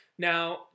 Now